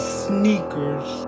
sneakers